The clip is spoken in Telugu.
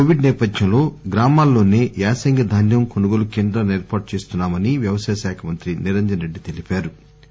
కోవిడ్ నేపథ్యంలో గ్రామాల్లోనే యాసంగి ధాన్యం కొనుగోలు కేంద్రాలను ఏర్పాటు చేస్తున్నా మని వ్యవసాయ శాఖ మంత్రి నిరంజస్ రెడ్లి తెలిపారు